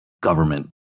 government